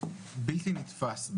בלתי נתפס,